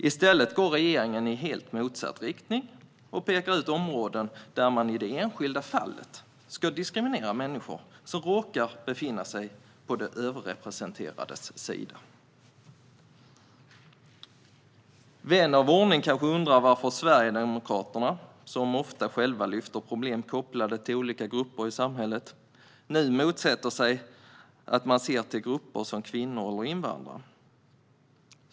I stället går regeringen i helt motsatt riktning och pekar ut områden där man i det enskilda fallet ska diskriminera människor som råkar befinna sig på de överrepresenterades sida. Vän av ordning kanske undrar varför Sverigedemokraterna, som ofta själva lyfter fram problem kopplade till olika grupper i samhället, nu motsätter sig att man ser till grupper som kvinnor och invandrare.